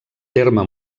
terme